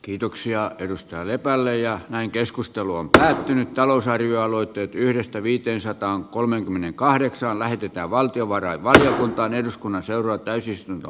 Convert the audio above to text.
kiitoksia yhtä lepälle jää näin keskustelu on päättynyt talousarvioaloitteet yhdestä viiteensataankolmeenkymmeneenkahdeksaan lähetetään valtiovarainvaliokuntaan eduskunnan seuraa täysistunto